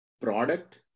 product